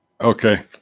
okay